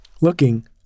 looking